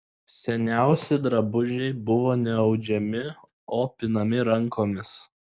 seniausi drabužiai buvo ne audžiami o pinami rankomis